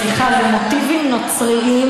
סליחה, אלה מוטיבים נוצריים,